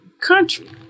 country